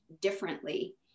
differently